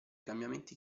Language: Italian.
cambiamenti